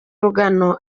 rugano